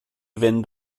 fynd